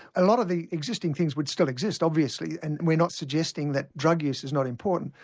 a lot of the existing things would still exist obviously and we're not suggesting that drug use is not important.